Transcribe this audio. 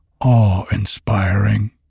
awe-inspiring